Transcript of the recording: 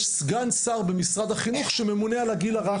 יש סגן שר במשרד החינוך שממונה על הגיל הרך.